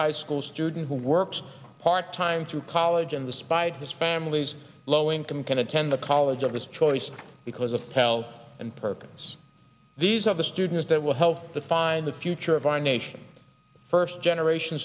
high school student who works part time through college and despite his family's low income can attend the college of his choice because of tell and purpose these are the students that will help to find the future of our nation's first generation